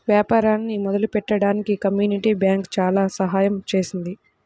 వ్యాపారాన్ని మొదలుపెట్టడానికి community bank చాలా సహాయం చేసింది